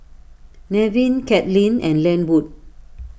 Nevin Caitlynn and Lenwood